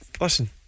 Listen